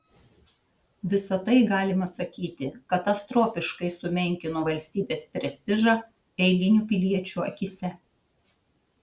visa tai galima sakyti katastrofiškai sumenkino valstybės prestižą eilinių piliečių akyse